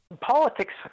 Politics